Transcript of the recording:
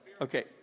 Okay